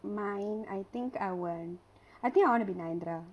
mine I think I want I think I want to be nayanthara